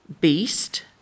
Beast